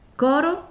coro